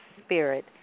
spirit